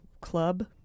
Club